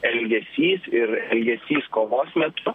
elgesys ir elgesys kovos metu